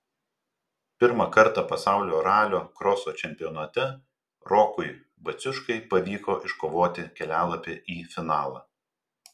pirmą kartą pasaulio ralio kroso čempionate rokui baciuškai pavyko iškovoti kelialapį į finalą